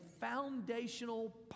foundational